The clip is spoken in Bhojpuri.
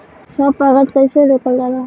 स्व परागण कइसे रोकल जाला?